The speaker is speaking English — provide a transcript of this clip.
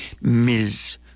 Ms